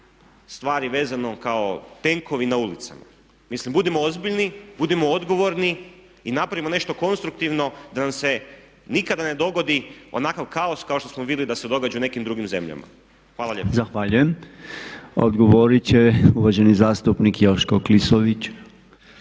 stvari vezano kao tenkovi na ulicama. Mislim budimo ozbiljni, budimo odgovorni i napravimo nešto konstruktivno da nam se nikada ne dogodi onakav kaos kao što smo vidjeli da se događa u nekim drugim zemljama. Hvala lijepa. **Podolnjak, Robert (MOST)** Zahvaljujem. Odgovoriti će uvaženi zastupnik Joško Klisović.